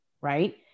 right